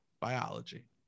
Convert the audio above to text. biology